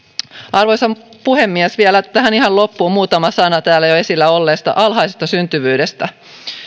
arvoisa puhemies vielä tähän ihan loppuun muutama sana täällä jo esillä olleesta alhaisesta syntyvyydestä